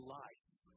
life